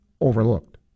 overlooked